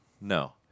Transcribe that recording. no